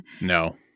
No